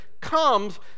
comes